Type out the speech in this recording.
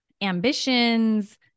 ambitions